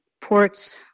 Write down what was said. ports